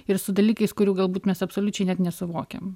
ir su dalykais kurių galbūt mes absoliučiai net nesuvokiam